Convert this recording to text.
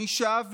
אני שב ואומר: